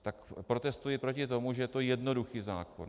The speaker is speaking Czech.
Tak protestuji proti tomu, že to je jednoduchý zákon.